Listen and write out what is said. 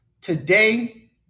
Today